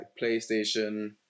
PlayStation